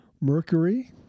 Mercury